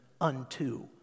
unto